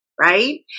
right